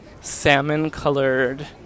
salmon-colored